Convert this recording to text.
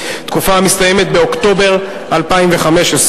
תקופה המסתיימת באוקטובר 2015,